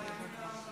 חמישה מתנגדים.